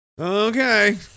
Okay